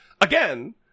Again